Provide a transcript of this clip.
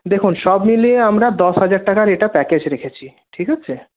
দেখুন সব মিলিয়ে আমরা দশ হাজার টাকার এটা প্যাকেজ রেখেছি ঠিক আছে